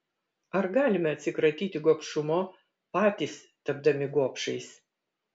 ar galime atsikratyti gobšumo patys tapdami gobšais